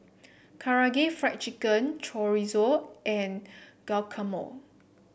Karaage Fried Chicken Chorizo and Guacamole